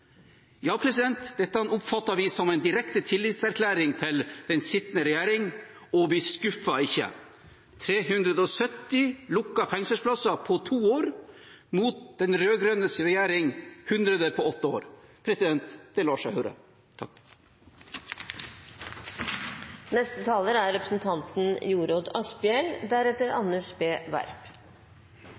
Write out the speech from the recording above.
Dette oppfatter vi som en direkte tillitserklæring til den sittende regjering, og vi skuffer ikke: 370 lukkede fengselsplasser på to år mot den rød-grønne regjerings 100 på åtte år. Det lar seg høre!